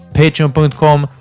patreon.com